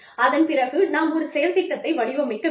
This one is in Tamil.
அதன் பிறகு நாம் ஒரு செயல் திட்டத்தை வடிவமைக்க வேண்டும்